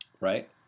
Right